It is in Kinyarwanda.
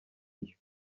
iyo